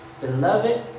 Beloved